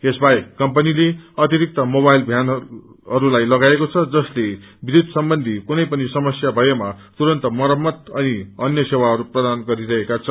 यसवाहेक कम्पनीले अतिरिक्त मोवाइल भ्यानलाई लगाएको छ जसले विध्युत सम्बन्धी कुनै पनि समस्या भएमा तुरन्त मरम्मत अनि अन्य सेवाहरू प्रदान गरिरहेका छन्